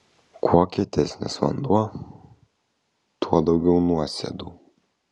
kuo kietesnis vanduo tuo daugiau nuosėdų